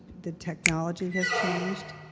the technology has changed.